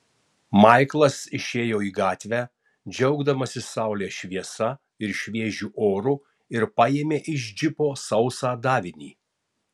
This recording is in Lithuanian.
maiklas išėjo į gatvę džiaugdamasis saulės šviesa ir šviežiu oru ir paėmė iš džipo sausą davinį